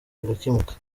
bigakemuka